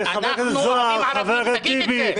"אנחנו אוהבים ערבים", תגיד את זה.